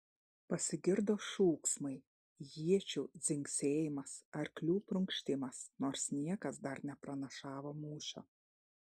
pasigirdo šūksmai iečių dzingsėjimas arklių prunkštimas nors niekas dar nepranašavo mūšio